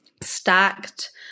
stacked